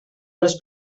dels